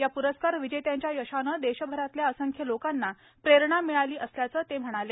या प्रस्कार विजेत्यांच्या यशानं देशभरातल्या असंख्य लोकांना प्रेरणा मिळाली असल्याचं त्यांनी सांगितलं